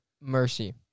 Mercy